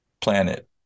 planet